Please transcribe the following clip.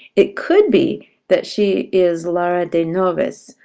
it could be that she is laura de noves,